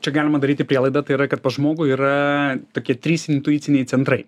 čia galima daryti prielaidą tai yra kad pas žmogų yra tokie trys intuiciniai centrai